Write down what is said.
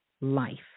life